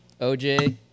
OJ